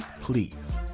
Please